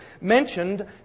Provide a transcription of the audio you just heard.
mentioned